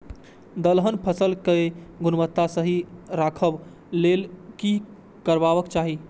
दलहन फसल केय गुणवत्ता सही रखवाक लेल की करबाक चाहि?